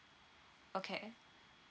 okay